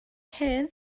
hen